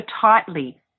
tightly